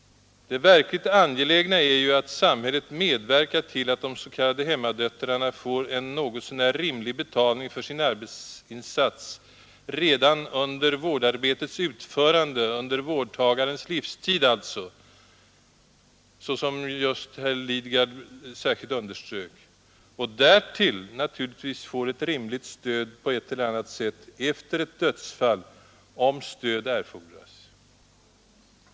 Det verkligt angelägna är att samhället medverkar till att de s.k. hemmadöttrarna får en något så när rimlig betalning för sin arbetsinsats redan under vårdtagarens livstid, så som herr Lidgard särskilt underströk, och därtill ett rimligt stöd på ett eller annat sätt efter ett dödsfall, om stöd erfordras.